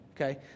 okay